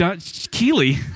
Keely